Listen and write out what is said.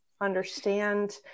understand